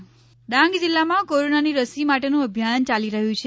Dang corona Dang જિલ્લામાં કોરોનાની રસી માટેનું અભિયાન ચાલી રહયું છે